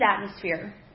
atmosphere